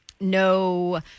no